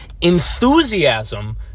Enthusiasm